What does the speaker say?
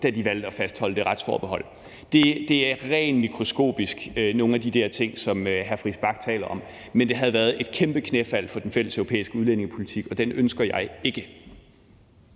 da de valgte at fastholde det retsforbehold. Det er helt mikroskopisk i forhold til nogle af de der ting, som hr. Christian Friis Bach taler om, men det havde været et kæmpe knæfald for den fælleseuropæiske udlændingepolitik, og den ønsker jeg ikke.